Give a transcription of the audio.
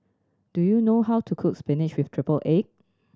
do you know how to cook spinach with triple egg